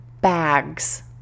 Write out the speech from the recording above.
bags